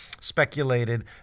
speculated